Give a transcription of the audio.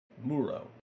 Muro